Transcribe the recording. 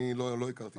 אני לא הכרתי.